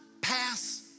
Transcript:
pass